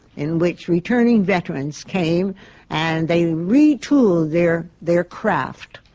in which returning veterans came and they retooled their their craft.